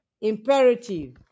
imperative